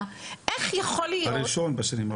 לא היה כמעט בשום אוניברסיטה.